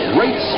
Great